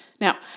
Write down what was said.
Now